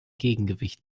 gegengewicht